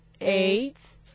eight